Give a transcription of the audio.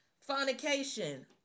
fornication